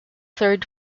third